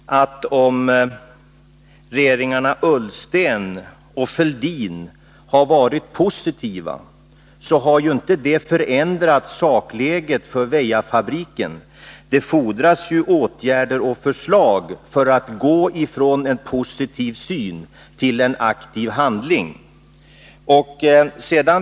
Herr talman! Låt mig påpeka att det förhållandet att regeringarna Ullsten och Fälldin har varit positiva inte har förändrat sakläget för Väjafabriken. Det fordras åtgärder och förslag för att gå från en positiv syn till en aktiv handling.